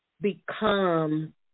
Become